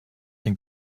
den